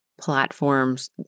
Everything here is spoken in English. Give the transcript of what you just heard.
platforms